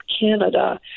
Canada